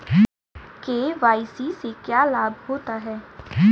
KYC से क्या लाभ होता है?